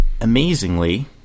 amazingly